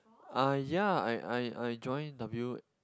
uh yea I I I join W